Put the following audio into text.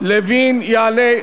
לוין יעלה.